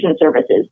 services